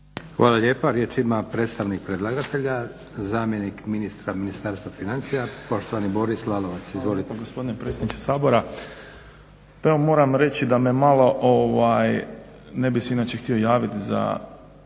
Hvala lijepa. Riječ ima predstavnik predlagatelja, zamjenik ministra Ministarstva financija poštovani Boris Lalovac. Izvolite. **Lalovac, Boris** Hvala lijepa gospodine predsjedniče Sabora. Pa evo moram reći da me malo, ne bih se inače htio javiti za